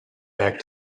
back